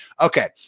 okay